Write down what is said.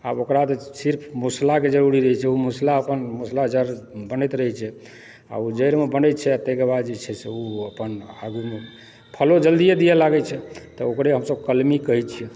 आब ओकरा जे छै से सिर्फ मुसलाके जरुरी रहैत छै ओ मुसलासँ मुसला जड़ बनैत रहै छै आ ओ जड़िमे बनैत छै आ ताहिके बाद जे छै से ओ अपन आगुमऽ फलो जल्दिए दिअ लागैत छै तऽ ओकरे हमसभ कलमी कहैत छियै